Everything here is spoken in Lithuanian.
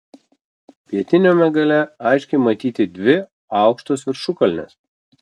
pietiniame gale aiškiai matyti dvi aukštos viršukalnės